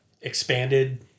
expanded